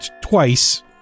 Twice